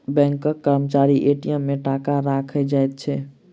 बैंकक कर्मचारी ए.टी.एम मे टाका राइख जाइत छै